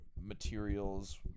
materials